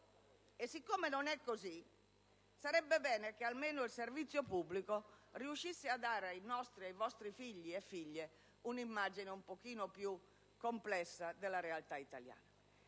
e siccome non è più così sarebbe bene che almeno il servizio pubblico riuscisse a dare ai nostri, e vostri, figli e figlie un'immagine un pochino più complessa della realtà italiana.